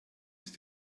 ist